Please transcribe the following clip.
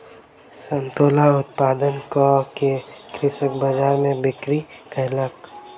संतोला उत्पादन कअ के कृषक बजार में बिक्री कयलक